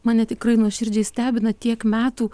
mane tikrai nuoširdžiai stebina tiek metų